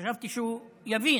חשבתי שהוא יבין.